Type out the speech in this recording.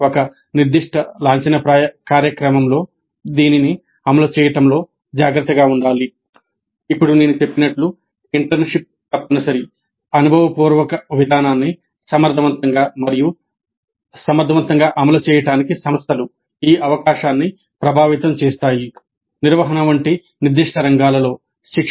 ఒక నిర్దిష్ట లాంఛనప్రాయ కార్యక్రమంలో దీనిని అమలు చేయడంలో జాగ్రత్తగా ఉండాలి